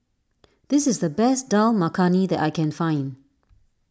this is the best Dal Makhani that I can find